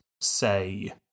say